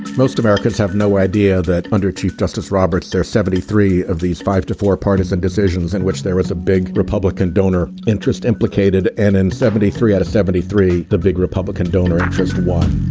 most americans have no idea that under chief justice roberts there seventy three of these five to four partisan decisions in which there was a big republican donor interest implicated and and seventy three out of seventy three the big republican donor interest why